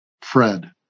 Fred